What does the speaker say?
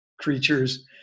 creatures